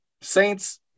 Saints